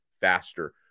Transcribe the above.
faster